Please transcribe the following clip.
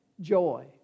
Joy